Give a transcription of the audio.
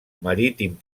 marítim